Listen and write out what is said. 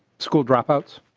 school dropouts.